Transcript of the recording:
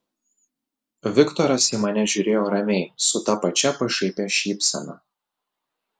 viktoras į mane žiūrėjo ramiai su ta pačia pašaipia šypsena